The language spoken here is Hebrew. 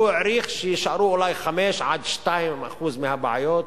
הוא העריך שיישארו אולי 2% 5% מהבעיות,